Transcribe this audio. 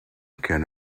can